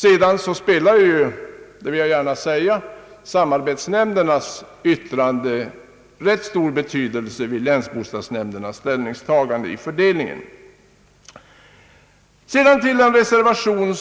Sedan spelar ju — det vill jag gärna framhålla — samarbetsnämndernas yttrande en rätt stor roll vid länsbostadsnämndernas = ställningstagande i fråga om fördelningen. En reservation,